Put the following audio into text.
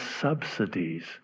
subsidies